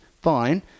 fine